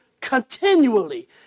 continually